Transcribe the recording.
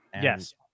Yes